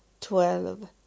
twelve